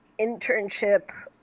internship